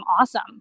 awesome